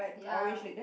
ya